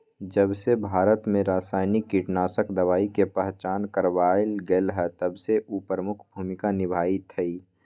जबसे भारत में रसायनिक कीटनाशक दवाई के पहचान करावल गएल है तबसे उ प्रमुख भूमिका निभाई थई